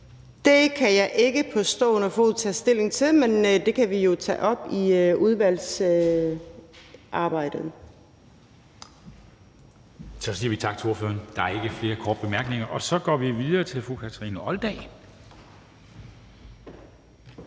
Det kan jeg ikke på stående fod tage stilling til, men det kan vi jo tage op i udvalgsarbejdet. Kl. 10:32 Formanden (Henrik Dam Kristensen): Så siger vi tak til ordføreren. Der er ikke flere korte bemærkninger, og så går vi videre til fru Kathrine Olldag,